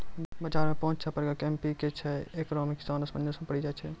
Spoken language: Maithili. बाजार मे पाँच छह प्रकार के एम.पी.के छैय, इकरो मे किसान असमंजस मे पड़ी जाय छैय?